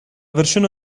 versione